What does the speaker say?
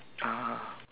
ah